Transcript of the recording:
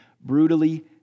brutally